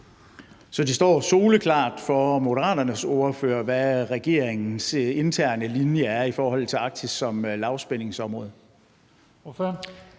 Så det står soleklart for Moderaternes ordfører, hvad regeringens interne linje er i forhold til Arktis som lavspændingsområde.